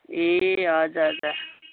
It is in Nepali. ए हजुर हजुर